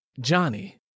Johnny